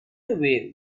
away